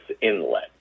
inlet